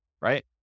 right